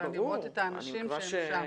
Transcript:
אלא לראות את האנשים שהם שם.